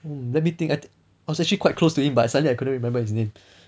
mm let me think I was actually quite close to him but suddenly I couldn't remember his name